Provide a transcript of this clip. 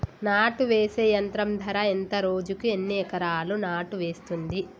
నాటు వేసే యంత్రం ధర ఎంత రోజుకి ఎన్ని ఎకరాలు నాటు వేస్తుంది?